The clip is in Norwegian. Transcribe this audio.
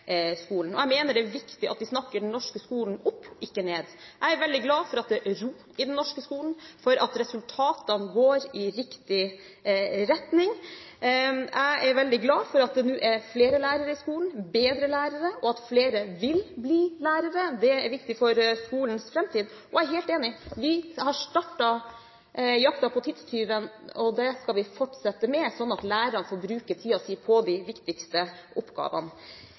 skolen. Jeg mener det er viktig at vi snakker den norske skolen opp, ikke ned. Jeg er veldig glad for at det er ro i den norske skolen, og for at resultatene går i riktig retning. Jeg er veldig glad for at det nå er flere lærere i skolen, bedre lærere, og at flere vil bli lærere. Det er viktig for skolens framtid. Jeg er helt enig i at vi har startet jakten på tidstyven. Den skal vi fortsette med, slik at lærerne får bruke tiden sin på de viktigste oppgavene.